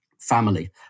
Family